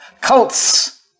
Cults